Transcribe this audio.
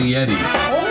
Yeti